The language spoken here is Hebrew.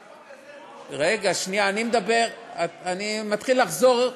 על החוק הזה, אני מתחיל לחזור.